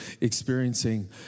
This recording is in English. experiencing